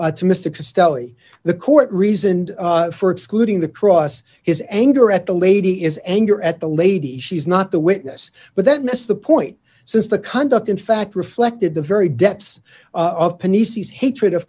castello the court reason for excluding the cross his anger at the lady is anger at the lady she's not the witness but that misses the point since the conduct in fact reflected the very depths of police's hatred of